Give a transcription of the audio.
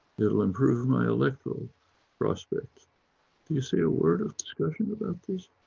it'll improve my electoral prospects. do you see a word of discussion about this?